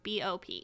BOP